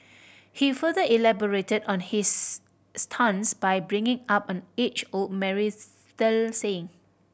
he further elaborated on his stance by bringing up an age old marital saying